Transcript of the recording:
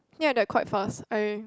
ya they're quite fast I